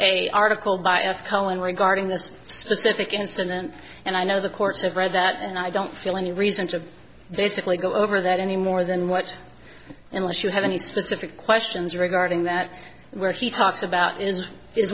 article by cullen regarding this specific incident and i know the courts have read that and i don't feel any reason to basically go over that any more than what unless you have any specific questions regarding that where he talks about is is